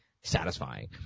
satisfying